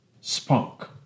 spunk